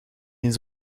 eens